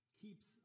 keeps